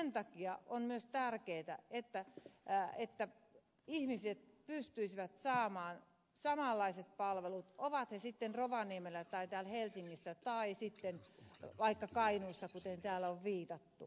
sen takia on myös tärkeätä että ihmiset pystyisivät saamaan samanlaiset palvelut ovat he sitten rovaniemellä tai täällä helsingissä tai sitten vaikka kainuussa kuten täällä on viitattu